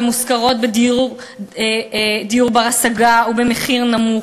הן מושכרות בדיור בר-השגה ובמחיר נמוך,